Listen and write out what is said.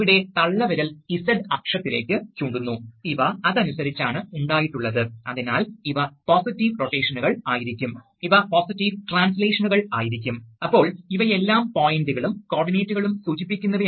കൂടാതെ ഫ്ലക്സ് പാതയുടെ വിമുഖതയെയും ആശ്രയിച്ചിരിക്കുന്നു അതിനാൽ ബലം സവിശേഷതകൾ വൈദ്യുതധാരയെയും സ്ഥാനത്തെയും ആശ്രയിച്ചിരിക്കുന്നു